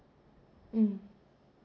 mm